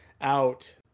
out